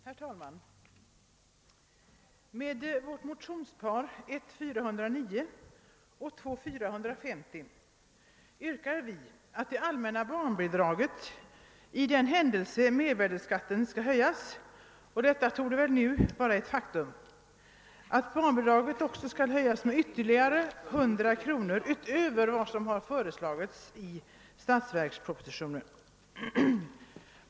Herr talman! I våra likalydande motioner 1I:409 och 11:450 yrkar vi att det allmänna barnbidraget om mervärdeskatten höjs — vilket nu torde bli fallet — skall ökas med ytterligare 100 kronor utöver vad som föreslagits i statsverkspropositionen.